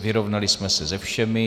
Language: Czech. Vyrovnali jsme se se všemi.